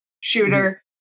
shooter